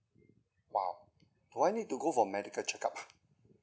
!wow! do I need to go for medical check-up ah